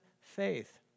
faith